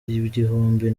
igihumbi